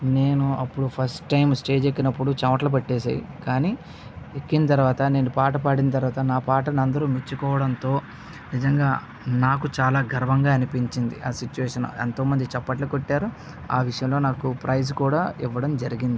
నేను అప్పుడు first time stage ఎక్కిన అప్పుడు చెమటలు పట్టి వేశాయి కానీ ఎక్కిన తర్వాత నేను పాట పాడిన తర్వాత నా పాటను అందరూ మెచ్చుకోవడంతో నిజంగా నాకు చాలా గర్వంగా అనిపించింది ఆ సిచ్యుయేషన్ ఎంతోమంది చప్పట్లు కొట్టారు ఆ విషయంలో నాకు ప్రైజ్ కూడా ఇవ్వడం జరిగింది